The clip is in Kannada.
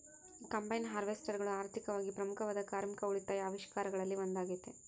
ಕಂಬೈನ್ ಹಾರ್ವೆಸ್ಟರ್ಗಳು ಆರ್ಥಿಕವಾಗಿ ಪ್ರಮುಖವಾದ ಕಾರ್ಮಿಕ ಉಳಿತಾಯ ಆವಿಷ್ಕಾರಗಳಲ್ಲಿ ಒಂದಾಗತೆ